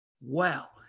Wow